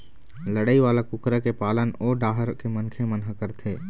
लड़ई वाला कुकरा के पालन ओ डाहर के मनखे मन ह करथे